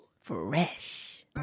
Fresh